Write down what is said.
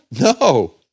No